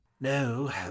No